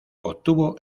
obtuvo